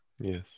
Yes